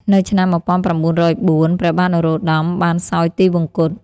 នៅឆ្នាំ ១៩០៤ ព្រះបាទនរោត្តមបានសោយទីវង្គត។